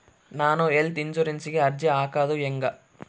ನಾನು ಹೆಲ್ತ್ ಇನ್ಸುರೆನ್ಸಿಗೆ ಅರ್ಜಿ ಹಾಕದು ಹೆಂಗ?